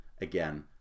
again